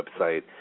website